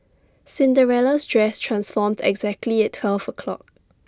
Cinderella's dress transformed exactly at twelve o'clock